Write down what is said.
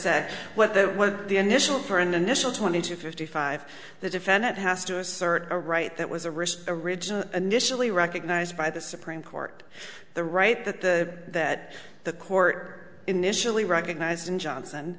said what that what the initial for an initial twenty two fifty five the defendant has to assert a right that was a risk originally initially recognized by the supreme court the right that the court initially recognized in johnson